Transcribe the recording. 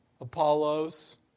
Apollos